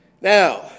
Now